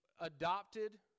adopted